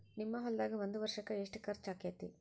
ನಿಮ್ಮ ಹೊಲ್ದಾಗ ಒಂದ್ ವರ್ಷಕ್ಕ ಎಷ್ಟ ಖರ್ಚ್ ಆಕ್ಕೆತಿ?